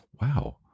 Wow